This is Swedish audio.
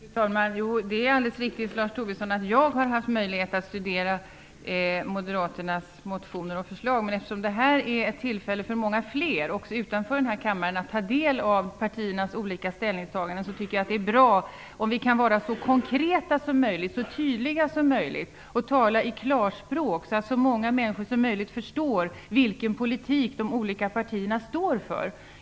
Fru talman! Det är alldeles riktigt, Lars Tobisson, att jag har haft möjlighet att studera moderaternas motioner och förslag. Men eftersom det här är ett tillfälle för många fler, också utanför denna kammare, att ta del av partiernas olika ställningstaganden, tycker jag att det är bra om vi kan vara så konkreta och tydliga som möjligt. Det är bra om vi kan tala i klarspråk, så att så många människor som möjligt förstår vilken politik de olika partierna står för.